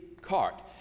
cart